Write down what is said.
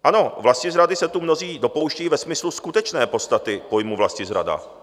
Ano, vlastizrady se tu mnozí dopouštějí ve smyslu skutečné podstaty pojmu vlastizrada.